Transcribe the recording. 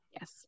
Yes